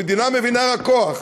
המדינה מבינה רק כוח,